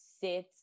sit